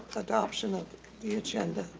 adoption of the agenda.